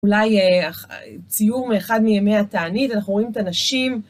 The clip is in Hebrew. אולי ציור מאחד מימי התענית, אנחנו רואים את הנשים.